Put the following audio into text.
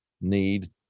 need